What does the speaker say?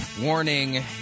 Warning